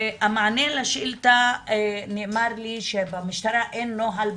במענה לשאילתא נאמר לי שבמשטרה אין נוהל ברור,